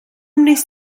wnest